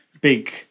big